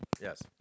yes